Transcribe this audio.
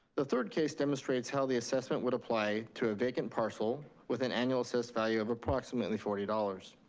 the third case demonstrates how the assessment would apply to a vacant parcel with an annual assessed value of approximately forty dollars.